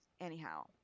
anyhow